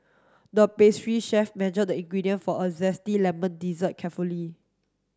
the pastry chef measured the ingredient for a zesty lemon dessert carefully